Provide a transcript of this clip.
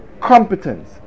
competence